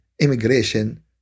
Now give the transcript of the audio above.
immigration